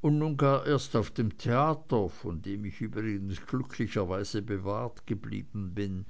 und nun gar erst auf dem theater vor dem ich übrigens glücklicherweise bewahrt geblieben bin